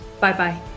bye-bye